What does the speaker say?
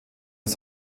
aus